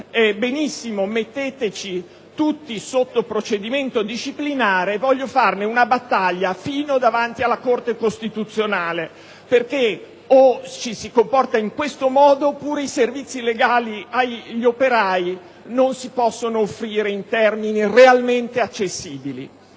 «Benissimo, metteteci tutti sotto procedimento disciplinare, voglio farne una battaglia fino ad arrivare davanti alla Corte costituzionale, perché o facciamo in questo modo oppure i servizi legali agli operai non si possono offrire in termini realmente accessibili».